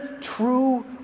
true